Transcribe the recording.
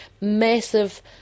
massive